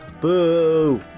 boo